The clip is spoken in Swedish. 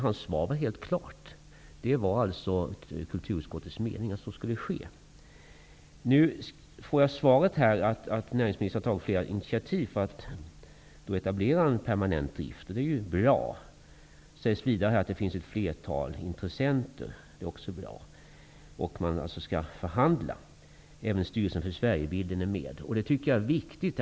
Hans svar var helt klart. Det var kulturutskottets mening att så skulle ske. Nu får jag här svaret att näringsministern har tagit flera initiativ för att etablera en permanent drift, och det är bra. Det sägs vidare att det finns ett flertal intressenter, och det är också bra. Man skall förhandla, och även Styrelsen för Sverigebilden är med. Det tycker jag är viktigt.